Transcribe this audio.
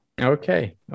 Okay